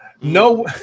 No